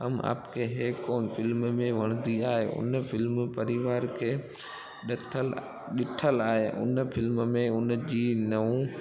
हम Aapke Hain Kaun film में वणंदी आहे हुन फ़िल्म परिवार खे ॾथल ॾिठल आहे हुन फ़िल्म में हुनजी नुंहुं